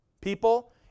people